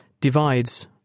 divides